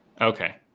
Okay